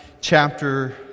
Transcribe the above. chapter